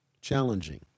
challenging